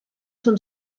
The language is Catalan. són